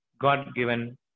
God-given